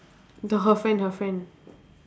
the her friend her friend